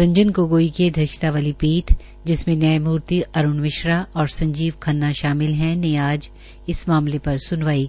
रंजन गोगाई की अध्यक्षता वाली पीठ जिसमें न्यायमूर्ति अरूण मिश्रा और संजीव खन्ना शामिल है ने आज इस मामले पर स्नवाई पर स्नवाई की